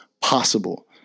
possible